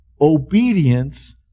obedience